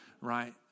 right